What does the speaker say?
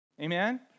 Amen